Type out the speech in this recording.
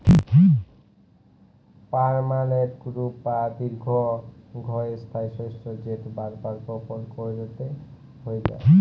permanent crop বা দীঘ্ঘস্থায়ী শস্য যেট বার বার বপল ক্যইরতে হ্যয় লা